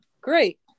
great